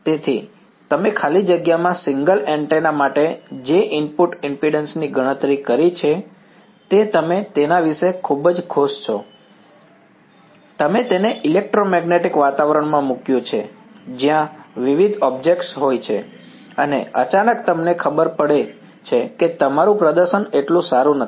તેથી તમે ખાલી જગ્યામાં સિંગલ એન્ટેના માટે જે ઇનપુટ ઇમ્પિડન્સ ની ગણતરી કરી છે તે તમે તેના વિશે ખૂબ જ ખુશ છો તમે તેને ઇલેક્ટ્રોમેગ્નેટિક વાતાવરણમાં મૂક્યું છે જ્યાં વિવિધ ઑબ્જેક્ટ્સ હોય છે અને અચાનક તમને ખબર પડે છે કે તમારું પ્રદર્શન એટલું સારું નથી